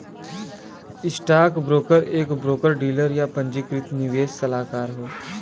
stockbroker एक broker dealer, या पंजीकृत निवेश सलाहकार हौ